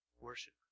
Worship